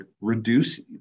reduce